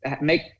make